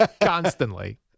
constantly